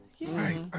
Right